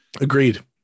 Agreed